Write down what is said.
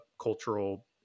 cultural